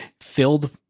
filled